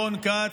רון כץ,